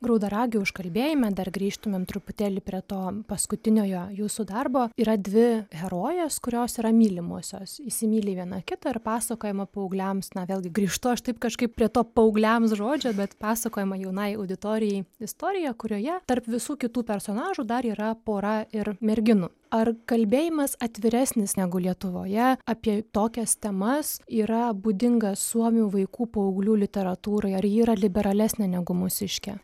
graudaragio užkalbėjime dar grįžtumėm truputėlį prie to paskutiniojo jūsų darbo yra dvi herojės kurios yra mylimosios įsimyli viena kitą ir pasakojama paaugliams na vėlgi grįžtu aš taip kažkaip prie to paaugliams žodžio bet pasakojama jaunai auditorijai istorija kurioje tarp visų kitų personažų dar yra pora ir merginų ar kalbėjimas atviresnis negu lietuvoje apie tokias temas yra būdinga suomių vaikų paauglių literatūrai ar ji yra liberalesnė negu mūsiškė